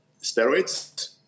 steroids